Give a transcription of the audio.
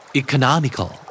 economical